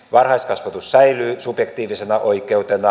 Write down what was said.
varhaiskasvatus säilyy subjektiivisena oikeutena